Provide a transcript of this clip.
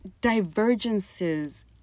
divergences